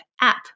app